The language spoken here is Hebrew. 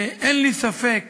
ואין לי ספק